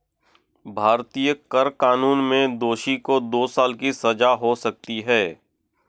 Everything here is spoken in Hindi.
भारतीय कर कानून में दोषी को दो साल की सजा हो सकती है